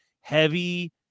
heavy